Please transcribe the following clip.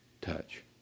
touch